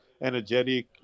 energetic